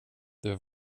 det